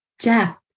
Jeff